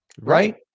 right